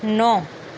नौ